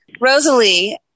Rosalie